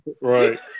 Right